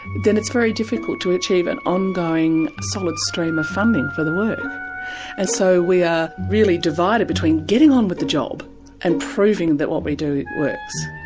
then it's very difficult to achieve an ongoing solid stream of funding for the work. and so we are really divided between getting on with the job and proving that what we do works.